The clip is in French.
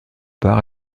part